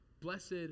Blessed